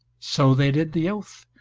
so they did the oath,